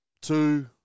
two